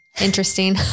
interesting